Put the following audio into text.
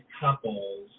couples